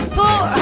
poor